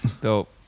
Dope